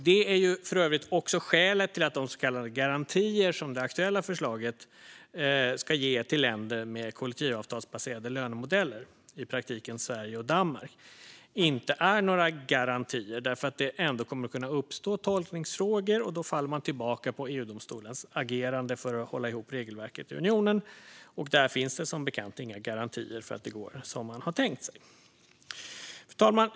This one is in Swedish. Detta är för övrigt också skälet till att de så kallade garantier som det aktuella förslaget ska ge länder med kollektivavtalsbaserade lönemodeller, i praktiken Sverige och Danmark, inte är några garantier. Det kommer ändå att kunna uppstå tolkningsfrågor, och då faller man tillbaka på EU-domstolens agerande för att hålla ihop regelverket i unionen. Där finns det som bekant inga garantier för att det går som man har tänkt sig. Fru talman!